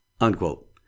Unquote